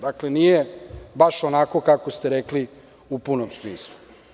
Dakle, nije baš onako kako ste rekli u punom smislu.